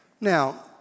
Now